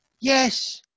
Yes